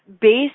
based